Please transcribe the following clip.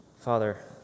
Father